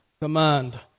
command